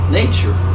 nature